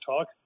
talk